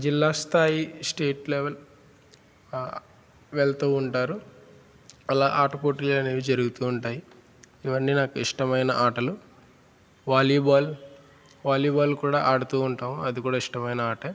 జిల్లా స్థాయి state level వెళుతూ ఉంటారు అలా ఆట పోటీలు అనేవి జరుగుతూ ఉంటాయి ఇవన్నీ నాకు ఇష్టమైన ఆటలు వాలీబాల్ వాలీబాల్ కూడా ఆడుతూ ఉంటాము అది కూడా ఇష్టమైన ఆటే